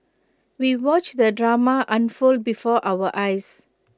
we watched the drama unfold before our eyes